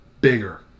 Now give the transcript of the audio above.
Bigger